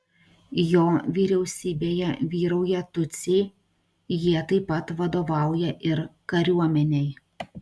jo vyriausybėje vyrauja tutsiai jie taip pat vadovauja ir kariuomenei